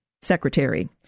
secretary